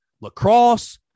lacrosse